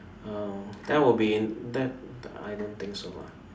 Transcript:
um that would be that I don't think so lah